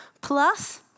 Plus